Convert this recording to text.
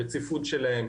הרציפות שלהם,